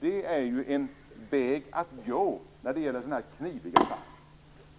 Det är en väg att gå i kniviga fall.